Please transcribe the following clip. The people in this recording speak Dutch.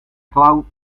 clown